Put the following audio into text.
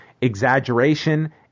exaggeration